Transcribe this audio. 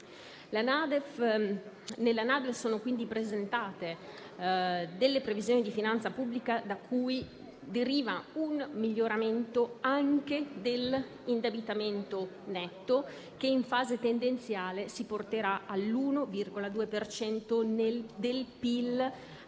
Nella NADEF sono quindi presentate previsioni di finanza pubblica da cui deriva un miglioramento anche dell'indebitamento netto, che in fase tendenziale si porterà all'1,2 per